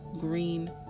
green